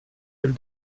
elle